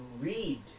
read